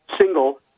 single